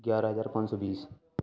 گیارہ ہزار پانچ سو بیس